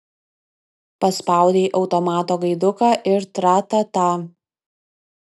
paspaudei automato gaiduką ir tra ta ta